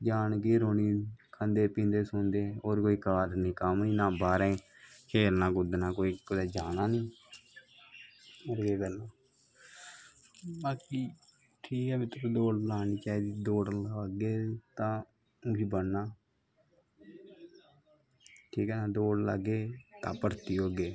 जान कियां रौह्नी खंदे पींदे सौंदे और कोई काज़ नी कम्म नी नेईं बाह्रें खेलना कूद्दना कुदै जाना नी होर केह् करना बाकी ठीक ऐ दौड़ लानी चाही दी दौड़ लागे ते किश बनना ठीक ऐ दौड़ लाग्गे तां भर्थी होगे